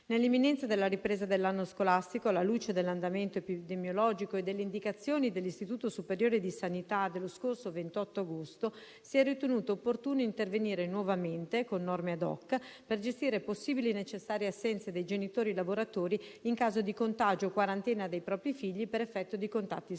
Nell'imminenza della ripresa dell'anno scolastico, alla luce dell'andamento epidemiologico e delle indicazioni dell'Istituto superiore di sanità dello scorso 28 agosto, si è ritenuto opportuno intervenire nuovamente con norme *ad hoc* per gestire possibili necessarie assenze dei genitori lavoratori in caso di contagio o quarantena dei propri figli per effetto di contatti scolastici.